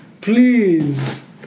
Please